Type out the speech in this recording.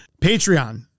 Patreon